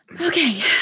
Okay